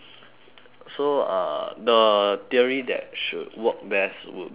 so uh the theory that should work best would be um